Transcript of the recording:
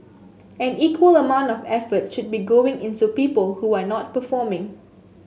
an equal amount of effort should be going into people who are not performing